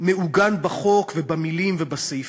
מעוגן בחוק ובמילים ובסעיפים,